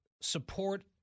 support